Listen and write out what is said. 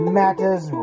matters